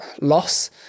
loss